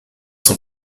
sont